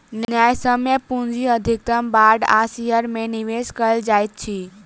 न्यायसम्य पूंजी अधिकतम बांड आ शेयर में निवेश कयल जाइत अछि